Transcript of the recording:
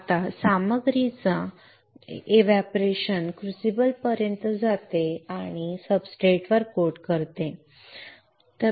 आता सामग्रीची बाष्प क्रुसिबल पर्यंत जाते आणि सब्सट्रेटवर कोट करते आणि सब्सट्रेटला कोट करते